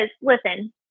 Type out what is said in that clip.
listen